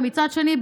ומצד שני,